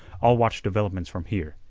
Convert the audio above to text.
i'll watch developments from here,